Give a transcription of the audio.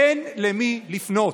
אין למי לפנות.